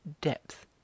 depth